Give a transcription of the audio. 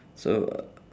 so uh